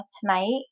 tonight